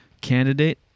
candidate